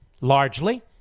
Largely